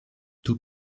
two